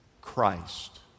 christ